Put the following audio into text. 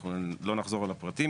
אנחנו לא נחזור על הפרטים,